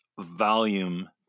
Volume